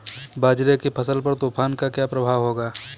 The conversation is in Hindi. बाजरे की फसल पर तूफान का क्या प्रभाव होगा?